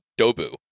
Dobu